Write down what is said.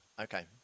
Okay